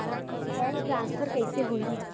Bank transfer कइसे होही?